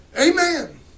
Amen